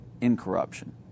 incorruption